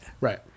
Right